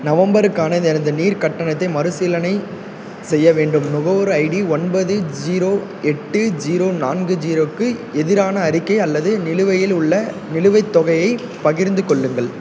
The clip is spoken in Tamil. நவம்பருக்கான எனது நீர் கட்டணத்தை மறுசீலனை செய்ய வேண்டும் நுகர்வோர் ஐடி ஒன்பது ஜீரோ எட்டு ஜீரோ நான்கு ஜீரோவுக்கு எதிரான அறிக்கை அல்லது நிலுவையில் உள்ள நிலுவைத் தொகையைப் பகிர்ந்து கொள்ளுங்கள்